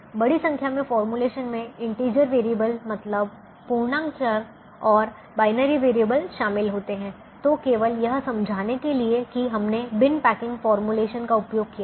बड़ी संख्या में फॉर्मूलेशन में इंटिजर वेरिएबल मतलब पूर्णांक चर और बाइनरी वेरिएबल शामिल होते हैं तो केवल यह समझाने के लिए कि हमने बिन पैकिंग फॉर्मूलेशन का उपयोग किया था